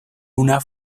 una